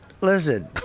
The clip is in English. Listen